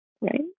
right